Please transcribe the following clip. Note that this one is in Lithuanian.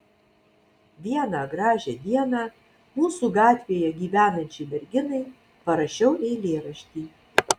vieną gražią dieną mūsų gatvėje gyvenančiai merginai parašiau eilėraštį